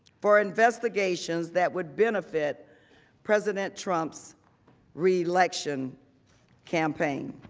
for investigations that would benefit president trump's reelection campaign.